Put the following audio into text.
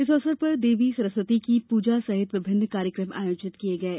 इस अवसर पर देवी सरस्वती के पूजन सहित विभिन्न कार्यक्रम आयोजित किये गये